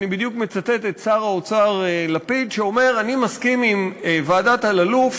אני בדיוק מצטט את שר האוצר לפיד שאומר: אני מסכים עם ועדת אלאלוף,